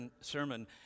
sermon